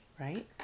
right